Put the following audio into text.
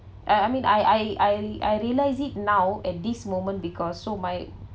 I I mean I I I I realise it now at this moment because so my